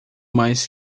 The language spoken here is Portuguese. mais